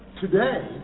today